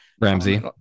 Ramsey